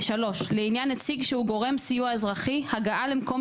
(3)לעניין נציג שהוא גורם סיוע אזרחי הגעה למקום